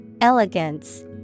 elegance